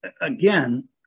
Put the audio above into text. again